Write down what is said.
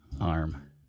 Arm